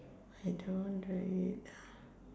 I don't really ah